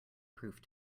proof